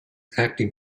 acting